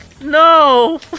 No